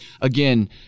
again